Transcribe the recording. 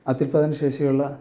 അത്യുൽപ്പാദന ശേഷിയുള്ള